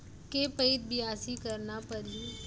के पइत बियासी करना परहि?